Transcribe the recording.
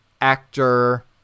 actor